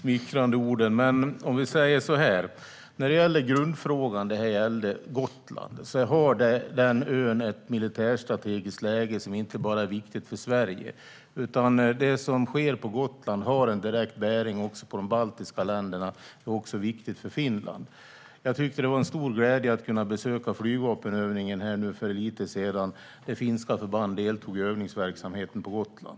Herr talman! Tack för de smickrande orden! Grundfrågan gällde Gotland. Den ön har ett militärstrategiskt läge som är viktigt inte bara för Sverige. Det som sker på Gotland har direkt bäring också på de baltiska länderna och är viktigt också för Finland. Det var en stor glädje att kunna besöka flygvapenövningen för en tid sedan, där finska förband deltog i övningsverksamheten på Gotland.